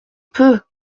peu